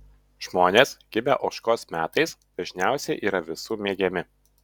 žmonės gimę ožkos metais dažniausiai yra visų mėgiami